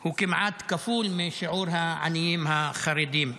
הוא כמעט כפול משיעור העניים החרדים,